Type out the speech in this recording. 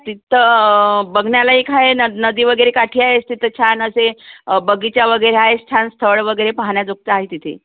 तिथं बघण्यालायक आहे न नदी वगैरे काठी आहे तिथं छान असे बगीचा वगैरे आहे छान स्थळ वगैरे पाहण्याजोगं आहे तिथे